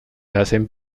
hacen